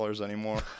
anymore